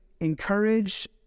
encourage